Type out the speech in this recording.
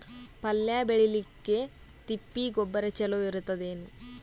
ಪಲ್ಯ ಬೇಳಿಲಿಕ್ಕೆ ತಿಪ್ಪಿ ಗೊಬ್ಬರ ಚಲೋ ಇರತದೇನು?